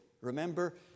Remember